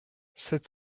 sept